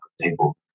people